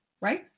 right